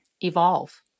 evolve